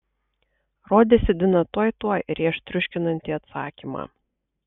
rodėsi dina tuoj tuoj rėš triuškinantį atsakymą